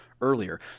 earlier